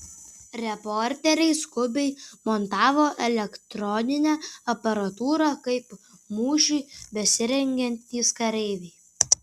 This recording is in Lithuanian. reporteriai skubiai montavo elektroninę aparatūrą kaip mūšiui besirengiantys kareiviai